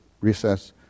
recess